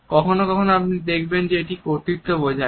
কখনো কখনো আপনি দেখবেন যে এটি কর্তৃত্ব বোঝায়